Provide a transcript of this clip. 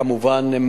כמובן הם